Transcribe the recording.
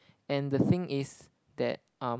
and the thing is that um